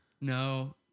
No